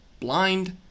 blind